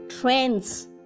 trends